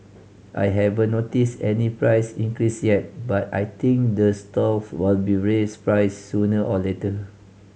I haven't noticed any price increase yet but I think the stalls will raise prices sooner or later